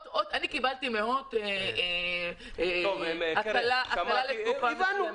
אני קיבלתי מהוט הקלה לתקופה מסוימת --- טוב,